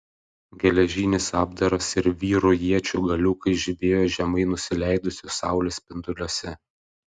geležinis apdaras ir vyrų iečių galiukai žibėjo žemai nusileidusios saulės spinduliuose